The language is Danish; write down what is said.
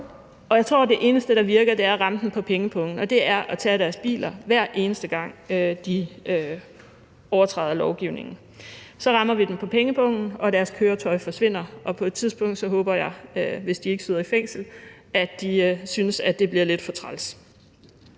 Jeg tror, at det eneste, der virker, er at ramme dem på pengepungen, og det er ved at tage deres biler, hver eneste gang de overtræder lovgivningen. Så rammer vi dem på pengepungen, og deres køretøj forsvinder, og på et tidspunkt håber jeg – hvis de ikke sidder i fængsel – at de synes, at det bliver lidt for træls.